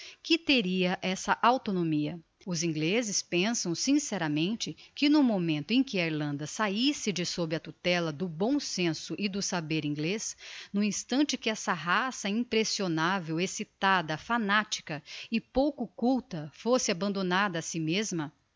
que teria essa autonomia os inglezes pensam sinceramente que no momento em que a irlanda sahisse de sob a tutela do bom senso e do saber inglez no instante que essa raça impressionavel excitada fanatica e pouco culta fosse abandonada a si mesma